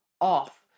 off